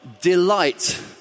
delight